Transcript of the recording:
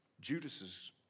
Judas